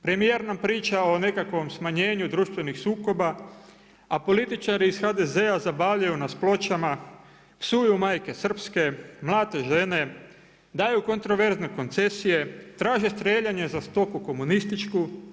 Premijer nam priča o nekakvom smanjenju društvenih sukoba, a političari iz HDZ-a zabavljaju nas pločama, psuju majke srpske, mlate žene, daju kontraverzne koncesije, traže strijeljanje za stoku komunističku.